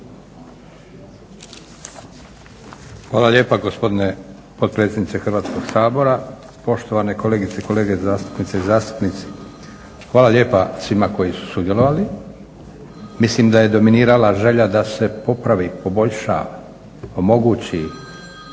Hvala lijepo gospodine potpredsjedniče Hrvatskog sabora, poštovane kolegice i kolege zastupnici i zastupnice. Hvala lijepa svima koji su sudjelovali. Mislim da je dominirala želja da se popravi, poboljša, omogući